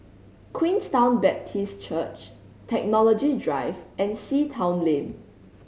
Queenstown Baptist Church Technology Drive and Sea Town Lane